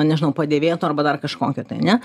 nežinau padėvėto arba dar kažkokio tai ane